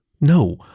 No